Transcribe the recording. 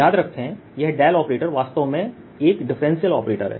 याद रखें यह डेल ऑपरेटर वास्तव में एक डिफरेंशियल ऑपरेटर है